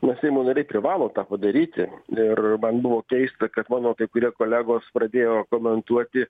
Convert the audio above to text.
na seimo nariai privalo tą padaryti ir man buvo keista kad mano kai kurie kolegos pradėjo komentuoti